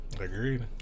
Agreed